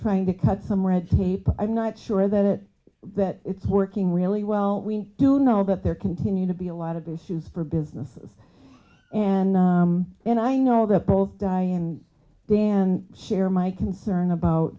trying to cut some red tape i'm not sure that it that it's working really well we do know that there continue to be a lot of issues for businesses and and i know that both die and then share my concern about